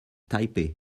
taipeh